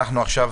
עכשיו